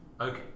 Okay